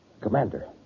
Commander